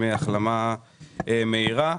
החלמה מהירה.